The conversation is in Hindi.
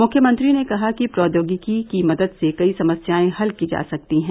मुख्यमंत्री ने कहा कि प्रौद्योगिकी की मदद से कई समस्याएं हल की जा सकती हैं